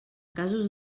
casos